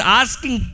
asking